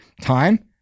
time